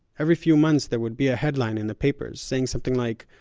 every few months there would be a headline in the papers saying something like,